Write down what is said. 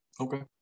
Okay